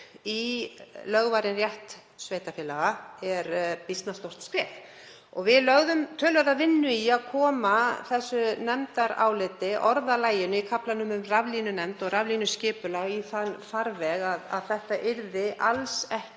í lögvarinn rétt sveitarfélaga er býsna stórt skref. Við lögðum töluverða vinnu í að koma þessu nefndaráliti, orðalaginu í kaflanum um raflínunefnd og raflínuskipulag, í þann farveg að það yrði alls ekki